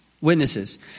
witnesses